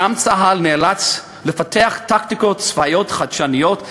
שם צה"ל נאלץ לפתח טקטיקות צבאיות חדשניות,